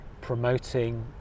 promoting